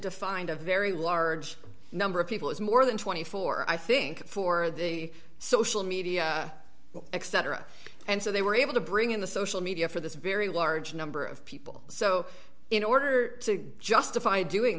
defined a very large number of people as more than twenty four i think for the social media etc and so they were able to bring in the social media for this very large number of people so in order to justify doing